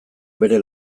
bere